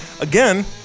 Again